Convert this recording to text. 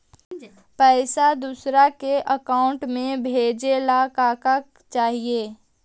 पैसा दूसरा के अकाउंट में भेजे ला का का चाही?